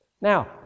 Now